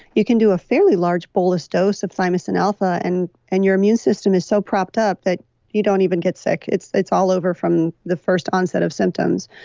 you can do a fairly large bolus dose of thymosin alpha and and your immune system is so propped up that you don't even get sick. it's it's all over from the first onset of symptoms.